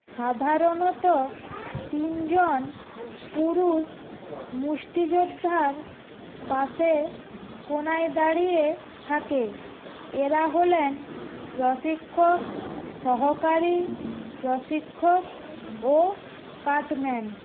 সাধারণত তিনজন পুরুষ মুষ্টিযোদ্ধার পাশে কোণায় দাঁড়িয়ে থাকে এঁরা হলেন প্রশিক্ষক সহকারী প্রশিক্ষক ও কাটম্যান